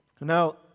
now